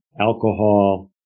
alcohol